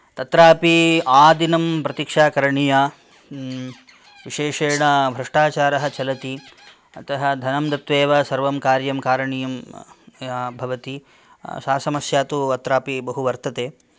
तत्रापि आदिनं प्रतिक्षा करणीया विशेषेण भ्रष्टाचारः चलति अतः धनं दत्वा एव सर्वं कार्यं कारणीयं भवति सा समस्या तु अत्रापि बहु वर्तते